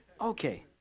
Okay